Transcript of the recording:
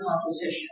composition